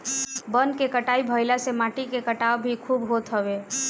वन के कटाई भाइला से माटी के कटाव भी खूब होत हवे